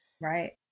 Right